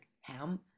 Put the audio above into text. ham